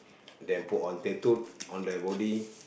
they put on tattoo on their body